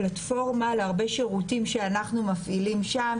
פלטפורמה להרבה שירותים שאנחנו מפעילים שם,